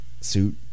suit